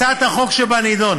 הצעת החוק שבנדון